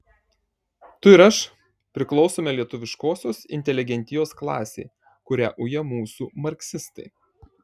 tu ir aš priklausome lietuviškosios inteligentijos klasei kurią uja mūsų marksistai